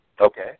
Okay